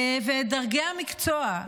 ואת דרגי המקצוע.